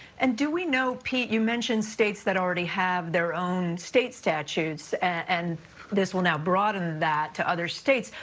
and do we know, pete you mentioned states that already have their own state statutes, and this will now broaden that to other states.